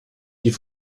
die